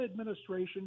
administration